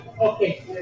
okay